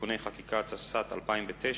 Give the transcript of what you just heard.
(תיקוני חקיקה), התשס"ט 2009,